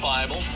Bible